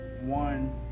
one